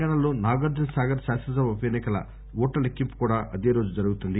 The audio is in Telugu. తెలంగాణలో నాగార్ఘనసాగర్ శాసనసభ ఉప ఎన్ని కల ఓట్ల లెక్కింపు కూడా అదే రోజు జరుగుతుంది